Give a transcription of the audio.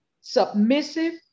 submissive